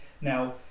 Now